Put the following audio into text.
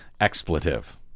expletive